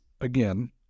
again